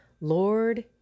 Lord